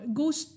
goes